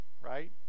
right